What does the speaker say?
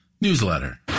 newsletter